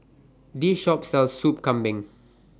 This Shop sells Soup Kambing